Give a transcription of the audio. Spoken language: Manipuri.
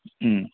ꯎꯝ